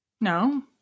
No